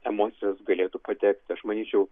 emocijos galėtų patekti aš manyčiau